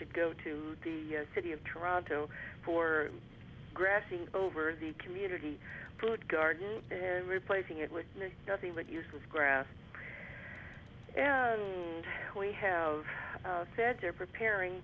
should go to the city of toronto for grassing over the community food garden and replacing it with nothing but useless grass and we have said they're preparing